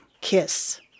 KISS